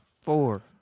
four